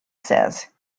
says